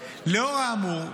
לאור האמור,